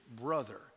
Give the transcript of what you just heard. brother